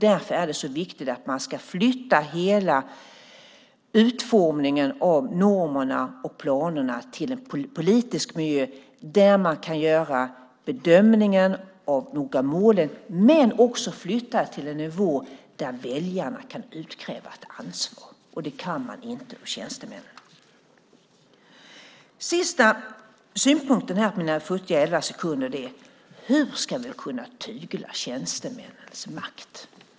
Därför är det så viktigt att man ska flytta hela utformningen av normerna och planerna till en politisk miljö, där man kan göra bedömningen av målen men också flytta det till en nivå där väljarna kan utkräva ett ansvar. Det kan man inte hos tjänstemännen. Den sista synpunkten är: Hur ska vi kunna tygla tjänstemännens makt?